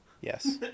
Yes